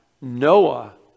Noah